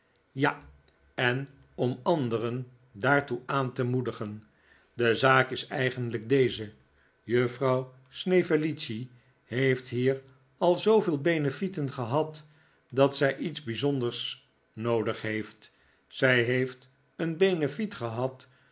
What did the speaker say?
ja en om anderen daartoe aan te moedigen de zaak is eigenlijk deze juffrouw snevellicci heeft hier al zooveel benefieten gehad dat zij iets bijzonders noodig heeft zij heeft een benefiet gehad